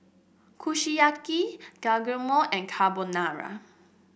Kushiyaki Guacamole and Carbonara